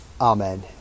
Amen